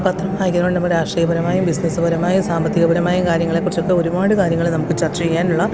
പത്രം വായിക്കുന്നതിലൂടെ നമ്മൾ രാഷ്ട്രീയപരമായും ബിസിനസ് പരമായും സാമ്പത്തികപരമായ കാര്യങ്ങളെക്കുറിച്ചൊക്കെ ഒരുപാട് കാര്യങ്ങള് നമുക്ക് ചർച്ച ചെയ്യാനുള്ള